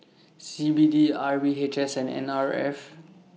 C B D R V H S and N R F